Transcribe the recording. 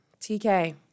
tk